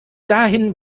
dahin